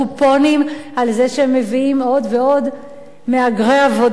על זה שהם מביאים עוד ועוד מהגרי עבודה.